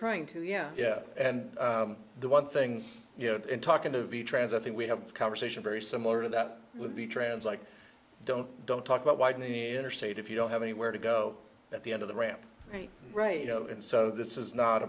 trying to yeah yeah and the one thing you know in talking to the trans i think we have a conversation very similar to that would be trans like don't don't talk about why the interstate if you don't have anywhere to go at the end of the ramp right you know and so this is not